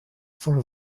for